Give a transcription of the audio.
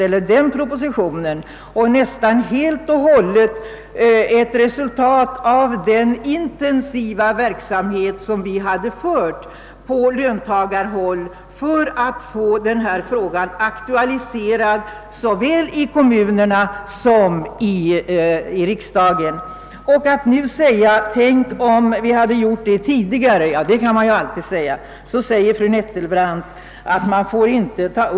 "Herr Gustafsson i Skellefteå sade att han hört talas om ett fall där en 'folkpartist väckt motion, varefter förslaget förts till stadskollegiet och sedän redovisats såsom ett socialdemokratiskt initiativ.